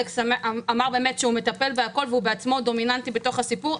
אלכס אמר שהוא מטפל בכול והוא בעצמו דומיננטי בתוך הסיפור,